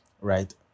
right